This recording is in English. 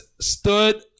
stood